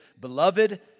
beloved